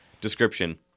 description